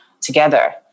together